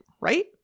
right